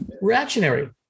Reactionary